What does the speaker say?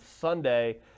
Sunday